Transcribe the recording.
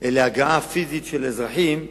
להגעה פיזית של האזרחים ללשכות.